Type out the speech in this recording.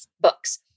books